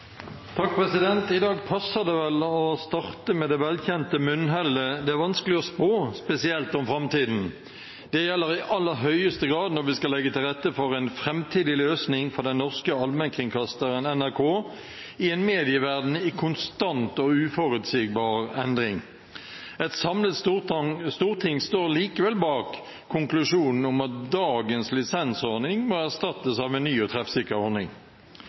vanskelig å spå, spesielt om framtiden. Det gjelder i aller høyeste grad når vi skal legge til rette for en framtidig løsning for den norske allmennkringkasteren NRK i en medieverden i konstant og uforutsigbar endring. Et samlet storting står likevel bak konklusjonen om at dagens lisensordning må erstattes av en ny og treffsikker ordning.